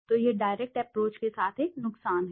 तो यह direct approach के साथ एक नुकसान है